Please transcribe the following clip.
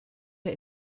der